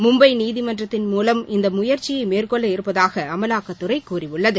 மும்பை நீதிமன்றத்தின் மூவம் இந்த முயற்சியை மேற்கொள்ள இருப்பதாக அமலாக்கத்துறை கூறியுள்ளது